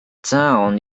town